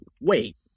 wait